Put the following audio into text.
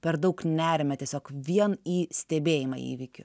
per daug neriame tiesiog vien į stebėjimą įvykių